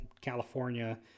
california